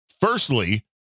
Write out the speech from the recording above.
firstly